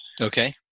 okay